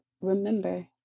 remember